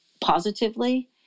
positively